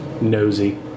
nosy